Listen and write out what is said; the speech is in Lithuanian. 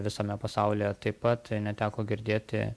visame pasaulyje taip pat neteko girdėti